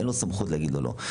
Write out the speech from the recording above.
אין לו סמכות להגיד לו לא.